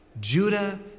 Judah